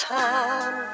time